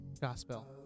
Gospel